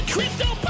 Crypto